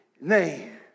name